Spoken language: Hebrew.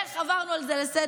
איך עברנו על זה לסדר-היום?